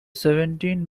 seventeen